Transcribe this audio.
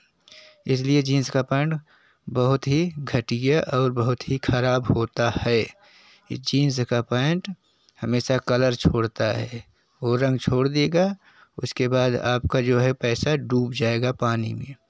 इसलिए जीन्स का पैंट बहुत ही घटिया और बहुत ही ख़राब होता है जीन्स का पैंट हमेशा कलर छोड़ता है वो रंग छोड़ देगा उसके बाद आपका जो है पैसा डूब जाएगा पानी में